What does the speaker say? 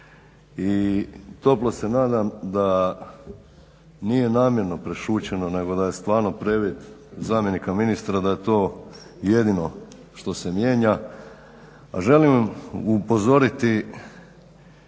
i toplo se nadam da nije namjerno prešućeno, nego da je stvarno previd zamjenika ministra da je to jedino što se mijenja. A želim upozoriti